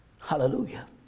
Hallelujah